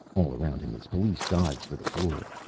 all around him his police dived for the floor.